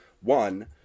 One